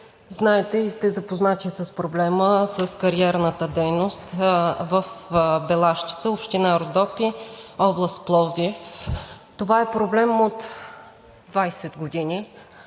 знаете и сте запознати с проблема с кариерната дейност в Белащица, община „Родопи“, област Пловдив. Това е проблем от 20 години,